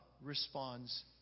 responds